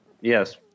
yes